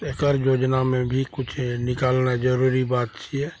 तऽ एकर योजनामे भी किछु एहन निकालनाइ जरूरी बात छियै